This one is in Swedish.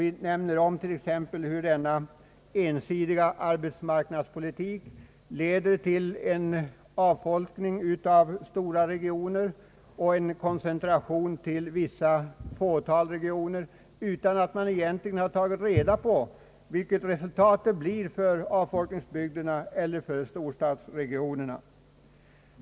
Vi nämner t.ex. hur den ensidiga arbetsmarknadspolitiken leder till en avfolkning av stora regioner och en koncentration till ett fåtal regioner utan att man egentligen har tagit reda på vad resultatet blir för avfolkningsbygderna eller för storstadsregionerna.